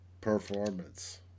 performance